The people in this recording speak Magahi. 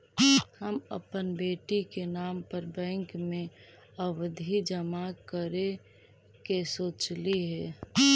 हम अपन बेटी के नाम पर बैंक में आवधि जमा करावावे के सोचली हे